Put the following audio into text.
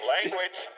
Language